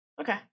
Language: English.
okay